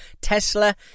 tesla